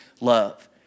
love